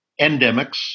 endemics